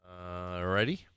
Alrighty